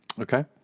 okay